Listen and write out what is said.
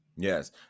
Yes